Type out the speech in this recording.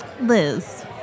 Liz